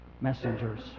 messengers